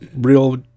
real